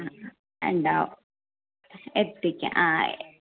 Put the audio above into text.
ആ ഉണ്ടാവും എത്തിക്കാം ആ